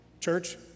Church